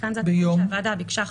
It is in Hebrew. כאן זה התיקון שהוועדה ביקשה,